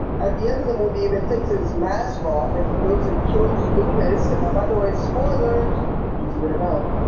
at the end of the movie even takes his mask off and he goes who kills loomis by the way spoilers you and can see there know, ah,